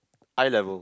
eye level